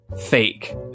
fake